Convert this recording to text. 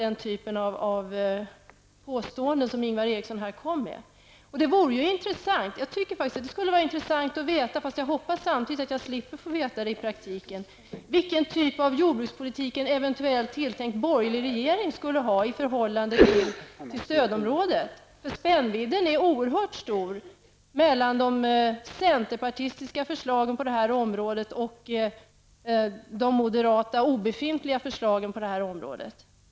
Det vore faktiskt intressant att få veta -- även om jag i praktiken hoppas få slippa veta det -- vilken typ av jordbrukspolitik en eventuell borgerlig regering vill föra i förhållande till stödområdet. Spännvidden är oerhört stor mellan de centerpartistiska förslagen och de obefintliga moderata förslagen på detta område.